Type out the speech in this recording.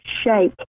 shake